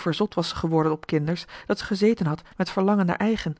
verzot was ze geworden op kinders dat ze gezeten had met verlangen naar eigen